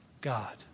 God